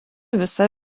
visa